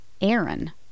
Aaron